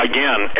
Again